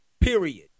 Period